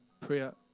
prayer